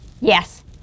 Yes